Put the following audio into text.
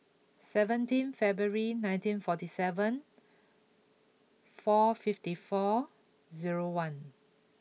seventeen February nineteen forty seven four fifty four zero one